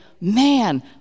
Man